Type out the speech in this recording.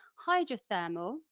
hydrothermal,